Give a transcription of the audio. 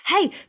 Hey